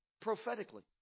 Prophetically